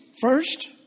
first